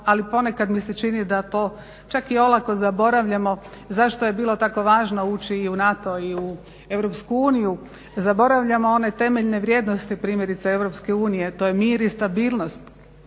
Ali ponekad mi se čini da to čak i olako zaboravljamo zašto je bilo tako važno ući i u NATO i u EU. Zaboravljamo one temeljne vrijednosti primjerice EU. To je mir i stabilnost.